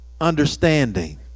understanding